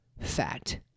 fact